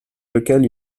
lequel